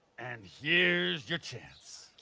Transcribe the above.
and here's your chance.